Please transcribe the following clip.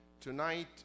tonight